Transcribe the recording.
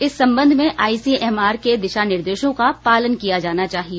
इस संबंध में आईसीएमआर के दिशा निर्देशों का पालन किया जाना चाहिए